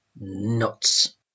nuts